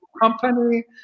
company